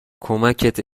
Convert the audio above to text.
کمکت